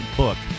book